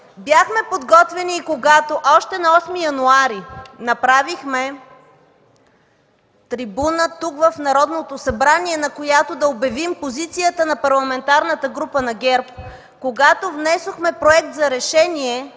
Бяхме подготвени и когато още на 8 януари направихме трибуна тук, в Народното събрание, на която да обявим позицията на Парламентарната група на ГЕРБ, когато внесохме Проект за решение